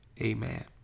Amen